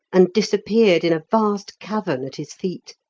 and disappeared in a vast cavern at his feet.